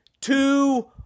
two